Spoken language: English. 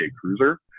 Cruiser